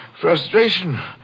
frustration